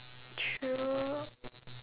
true